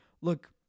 look